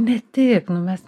ne tik nu mes